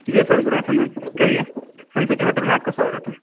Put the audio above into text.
جی sir good afternoon کہیے Sun City hotel میں آپ کا سواگت ہے